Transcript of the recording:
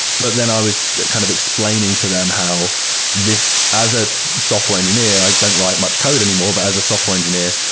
but then i was kind of explaining to them how as a software engineer, i don't write much code anymore, but as a software engineer,